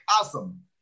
awesome